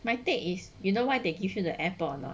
my take is you know why they give you the airpod or not